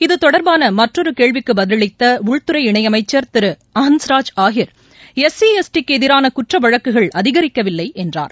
இத்தொடர்பாளமற்றொருகேள்விக்குபதில் அளித்தஉள்துறை இணைஅமைச்சர் திருஹன்ஸ்ராஜ் ஆஹிர் எஸ்சி எஸ்டிக்குஎதிரானகுற்றவழக்குகள் அதிகரிக்கவில்லைஎன்றார்